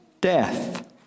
Death